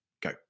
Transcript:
go